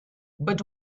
but